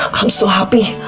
um so happy.